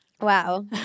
Wow